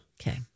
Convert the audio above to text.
Okay